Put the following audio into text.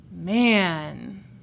Man